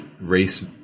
Race